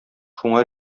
шуңа